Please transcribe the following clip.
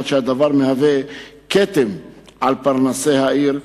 עד שהדבר מהווה כתם על פרנסי העיר.